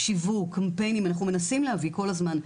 שיווק, קמפיינים, אנחנו מנסים להביא כל הזמן.